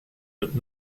but